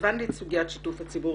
הבנתי את סוגיית שיתוף הציבור,